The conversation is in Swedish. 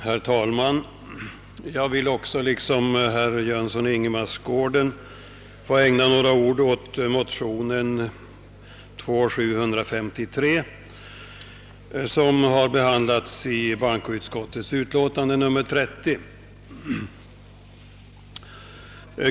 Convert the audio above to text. Herr talman! Liksom herr Jönsson i Ingemarsgården vill jag ägna några ord åt de likalydande motionerna I: 608 och II: 753, som har behandlats i bankoutskottets utlåtande nr 30.